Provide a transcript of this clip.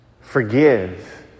Forgive